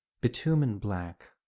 bitumen-black